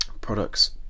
Products